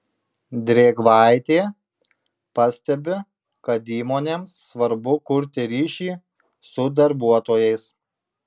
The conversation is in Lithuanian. drėgvaitė pastebi kad įmonėms svarbu kurti ryšį su darbuotojais